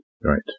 Right